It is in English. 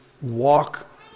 walk